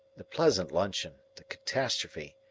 the pleasant luncheon, the catastrophe,